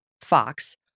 Fox